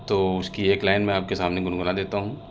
تو اس کی ایک لائن میں آپ کے سامنے گنگنا دیتا ہوں